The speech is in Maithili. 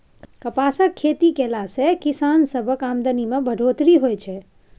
कपासक खेती कएला से किसान सबक आमदनी में बढ़ोत्तरी होएत छै